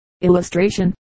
illustration